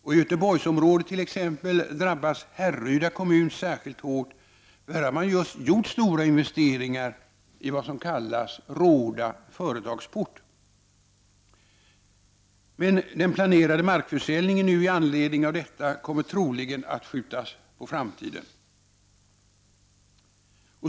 I Göteborgsområdet drabbas t.ex. Härryda kommun särskilt hårt, där man just har gjort stora investeringar i vad som kallas Råda Företagsport. Men den planerade markförsäljningen i anledning av detta kommer troligen att skjutas på framtiden.